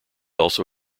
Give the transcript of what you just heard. also